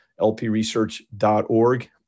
LPResearch.org